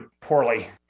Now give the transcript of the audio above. poorly